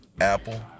Apple